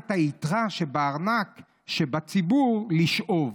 / רק את היתרה שבארנק מהציבור לשאוב.